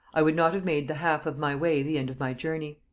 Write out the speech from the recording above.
i would not have made the half of my way the end of my journey.